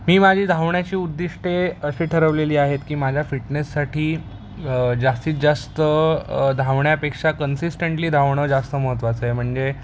मी माझी धावण्याची उद्दिष्टे अशी ठरवलेली आहेत की माझ्या फिटनेससाठी जास्तीत जास्त धावण्यापेक्षा कन्सिस्टंटली धावणं जास्त महत्वाचं आहे म्हणजे